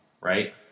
right